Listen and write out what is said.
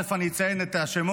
תכף אני אציין את השמות,